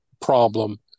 problem